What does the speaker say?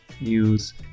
news